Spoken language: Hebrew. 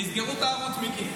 יסגרו את הערוץ, מיקי.